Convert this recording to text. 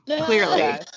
clearly